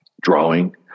drawing